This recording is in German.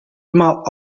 immer